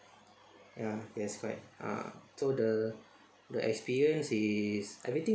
ya yes correct ah so the the experience is everything